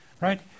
right